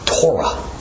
Torah